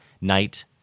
night